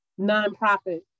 nonprofit